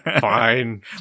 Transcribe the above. fine